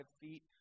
feet